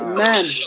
Amen